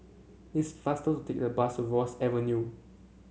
it's faster to take the bus of Ross Avenue